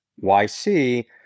YC